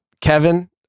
Kevin